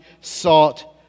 sought